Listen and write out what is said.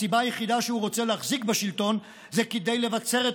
הסיבה היחידה שהוא רוצה להחזיק בשלטון היא כדי לבצר את